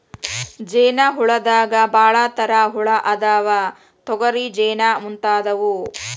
ಜೇನ ಹುಳದಾಗ ಭಾಳ ತರಾ ಹುಳಾ ಅದಾವ, ತೊಗರಿ ಜೇನ ಮುಂತಾದವು